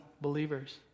believers